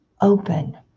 open